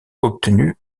obtenus